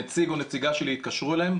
נציג או נציגה שלי התקשרו אליהם,